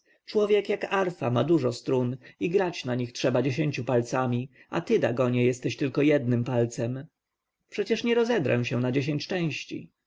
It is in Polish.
człowiek jak arfa ma dużo strun i grać na nich trzeba dziesięcioma palcami a ty dagonie jesteś tylko jednym palcem przecież nie rozedrę się na dziesięć części